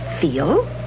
Feel